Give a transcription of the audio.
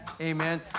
amen